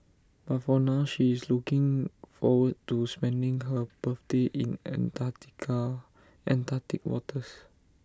but for now she is looking forward to spending her birthday in Antarctica Antarctic waters